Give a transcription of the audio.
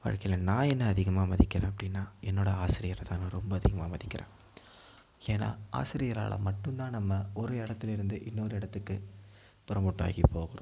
வாழ்க்கையில் நான் என்ன அதிகமாக மதிக்கிறேன் அப்படினா என்னோடய ஆசிரியரை தான் நான் ரொம்ப அதிகமாக மதிக்கிறேன் ஏன்னால் ஆசிரியாரால் மட்டும் தான் நம்ம ஒரு இடத்துல இருந்து இன்னொரு இடத்துக்கு பிரோமோட் ஆகி போகிறோம்